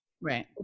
Right